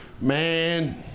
Man